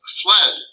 fled